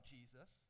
Jesus